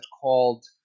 called